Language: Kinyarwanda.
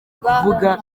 kuvuga